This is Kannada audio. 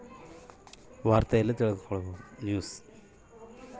ಹವಾಮಾನದ ಮಾಹಿತಿ ಹೇಗೆ ತಿಳಕೊಬೇಕು?